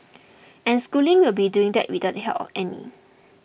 and schooling will be doing that without the help of any